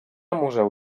museu